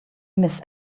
miss